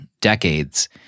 decades